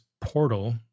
portal